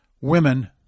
women